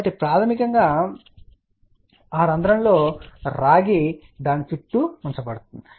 కాబట్టి ప్రాథమికంగా ఆ రంధ్రంలో రాగి దాని చుట్టూ ఉంచబడుతుంది